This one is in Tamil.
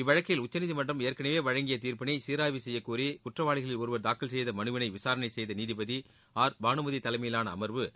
இவ்வழக்கில் உச்சநீதிமன்றம் ஏற்கனவே வழங்கிய தீர்ப்பினை சீராய்வு செய்யக்கோரி குற்றவாளிகளில் ஒருவர் தாக்கல் செய்த மனுவினை விசாரணை செய்த நீதிபதி பானுமதி தலைமையிலான அமர்வு